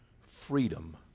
freedom